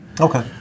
Okay